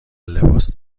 لباس